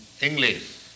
English